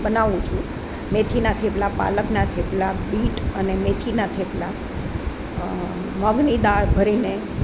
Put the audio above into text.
બનાવું છું મેથીનાં થેપલાં પાલકનાં થેપલાં બીટ અને મેથીનાં થેપલાં મગની દાળ ભરીને